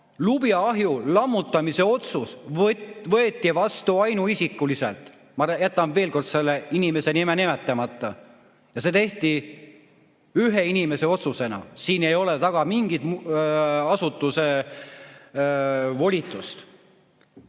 lubjaahju lammutamise otsus võeti vastu ainuisikuliselt. Ma jätan veel kord selle inimese nime nimetamata. See tehti ühe inimese otsusena, siin ei ole taga mingit asutuse volitust.